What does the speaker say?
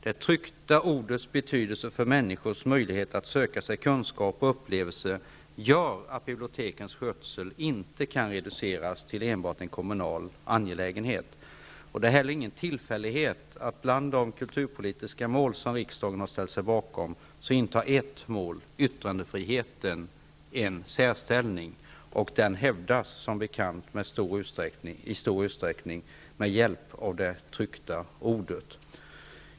Det tryckta ordets betydelse för människors möjlighet att söka sig kunskaper och upplevelser gör att bibliotekens skötsel inte kan reduceras till enbart en kommunal angelägenhet. Det är ingen tillfällighet att bland de kulturpolitiska mål som riksdagen har ställt sig bakom intar ett mål, yttrandefriheten, en särställning. Den hävdas som bekant i stor utsträckning med hjälp av det tryckta ordet.